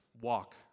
Walk